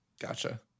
Gotcha